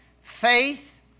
Faith